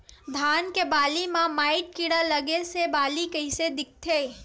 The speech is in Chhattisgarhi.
धान के बालि म माईट कीड़ा लगे से बालि कइसे दिखथे?